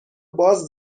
باز